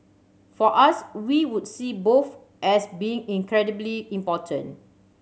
for us we would see both as being incredibly important